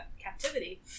captivity